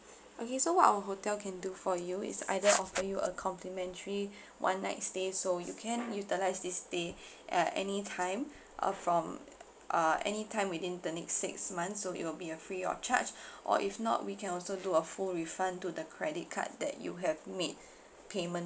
okay so what our hotel can do for you is either offer you a complimentary one night stay so you can utilise this day uh any time uh from uh any time within the next six months so it will be a free of charge or if not we can also do a full refund to the credit card that you have made payment